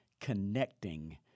connecting